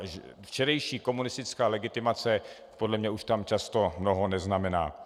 A včerejší komunistická legitimace podle mě už tam často mnoho neznamená.